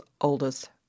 oldest